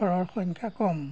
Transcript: ঘৰৰ সংখ্যা কম